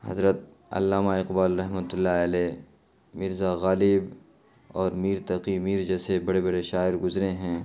حضرت علامہ اقبال رحمۃ اللہ علیہ مرزا غالب اور میر تقی میر جیسے بڑے بڑے شاعر گزرے ہیں